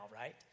right